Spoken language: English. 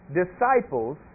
disciples